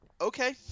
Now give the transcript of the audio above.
okay